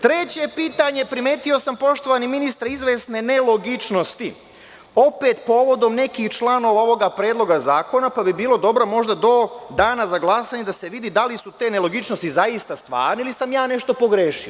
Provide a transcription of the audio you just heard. Treće pitanje, primetio sam poštovani ministre izvesne nelogičnosti opet povodom nekih članova ovoga Predloga zakona, pa bi bilo dobro možda do dana za glasanje da se vidi da li su te nelogičnosti zaista stvarne, ili sam ja nešto pogrešio.